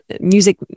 music